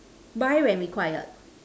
buy when required